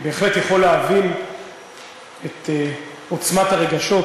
אני בהחלט יכול להבין את עוצמת הרגשות,